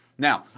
now,